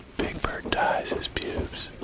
big bird dyes his pubes.